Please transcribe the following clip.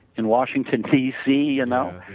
in washington d c. you know.